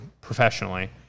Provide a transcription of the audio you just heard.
professionally